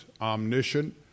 omniscient